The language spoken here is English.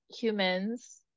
humans